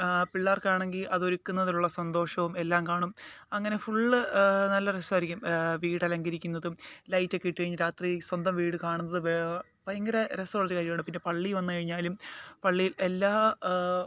പിള്ളാർക്കാണെങ്കില് അതൊരുക്കുന്നതിലുള്ള സന്തോഷവും എല്ലാം കാണും അങ്ങനെ ഫുള്ള് നല്ല രസമായിരിക്കും വീടലങ്കരിക്കുന്നതും ലൈറ്റൊക്കെ ഇട്ടുകഴിഞ്ഞ് രാത്രി സ്വന്തം വീട് കാണുന്നത് ഭയങ്കര രസമുള്ളൊരു കാര്യമാണ് പിന്നെ പള്ളിയില് വന്നു കഴിഞ്ഞാലും പള്ളിയിൽ എല്ലാ